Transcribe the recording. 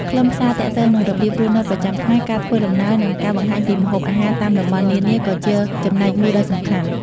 ខ្លឹមសារទាក់ទងនឹងរបៀបរស់នៅប្រចាំថ្ងៃ ការធ្វើដំណើរ និងការបង្ហាញពីម្ហូបអាហារតាមតំបន់នានាក៏ជាចំណែកមួយដ៏សំខាន់។